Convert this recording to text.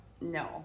No